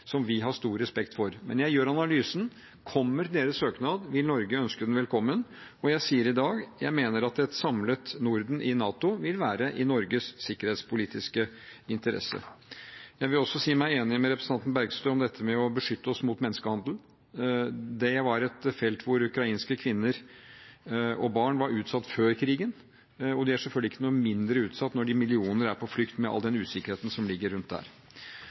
som vi har stor respekt for, men jeg gjør analysen: Kommer deres søknad, vil Norge ønske den velkommen, og jeg sier i dag: Jeg mener at et samlet Norden i NATO vil være i Norges sikkerhetspolitiske interesse. Jeg vil også si meg enig med representanten Bergstø om dette med å beskytte oss mot menneskehandel. Det var et felt hvor ukrainske kvinner og barn var utsatt før krigen, og de er selvfølgelig ikke noe mindre utsatt når millioner er på flukt, med all den usikkerheten som ligger rundt